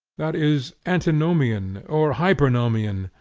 that is antinomian or hypernomian,